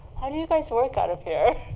how do you guys work out of here?